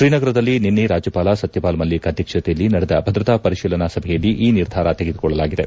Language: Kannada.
ಶ್ರೀನಗರದಲ್ಲಿ ನಿನ್ನೆ ರಾಜ್ಯಪಾಲ ಸತ್ಯಪಾಲ್ ಮಲ್ಲಿಕ್ ಅಧ್ಯಕ್ಷತೆಯಲ್ಲಿ ನಡೆದ ಭದ್ರತಾ ಪರಿಶೀಲನಾ ಸಭೆಯಲ್ಲಿ ಈ ನಿರ್ಧಾರ ತೆಗೆದುಕೊಳ್ಳಲಾಗಿದೆ